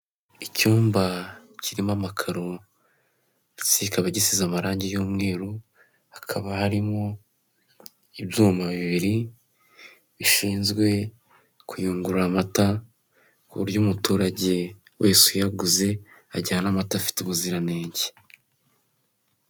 Icyumba kirimo amakaro ndetse kikaba gisize amarangi y'umweru, hakaba harimo ibyuma bibiri bishinzwe kuyungurura amata ku buryo umuturage wese uyaguze ajyana amata afite ubuziranenge.